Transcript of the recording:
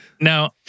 Now